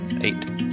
Eight